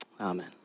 Amen